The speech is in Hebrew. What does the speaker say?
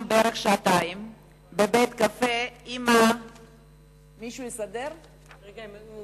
בערך שעתיים בבית-קפה, מישהו מסדר את המיקרופון?